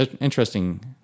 interesting